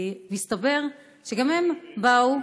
כי מסתבר שגם הם באו,